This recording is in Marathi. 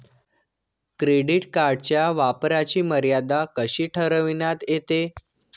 क्रेडिट कार्डच्या वापराची मर्यादा कशी ठरविण्यात येते?